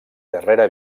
darrera